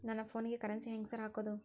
ನನ್ ಫೋನಿಗೆ ಕರೆನ್ಸಿ ಹೆಂಗ್ ಸಾರ್ ಹಾಕೋದ್?